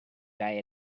guy